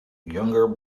younger